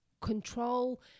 control